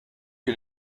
que